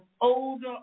older